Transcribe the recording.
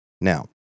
Now